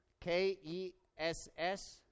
K-E-S-S